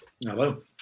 Hello